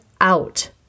out